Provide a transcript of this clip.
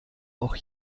auch